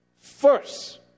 First